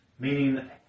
Meaning